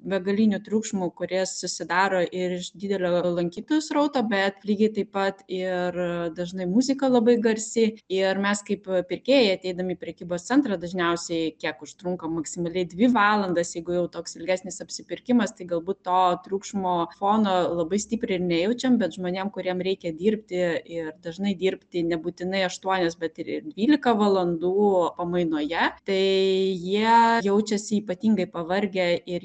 begaliniu triukšmu kurie susidaro ir iš didelio lankytojų srauto bet lygiai taip pat ir dažnai muzika labai garsi ir mes kaip pirkėjai ateidami į prekybos centrą dažniausiai kiek užtrunka maksimaliai dvi valandas jeigu jau toks ilgesnis apsipirkimas tai galbūt to triukšmo fono labai stipriai ir nejaučiam bet žmonėm kuriem reikia dirbti ir dažnai dirbti nebūtinai aštuonias bet ir ir dvylika valandų pamainoje tai jie jaučiasi ypatingai pavargę ir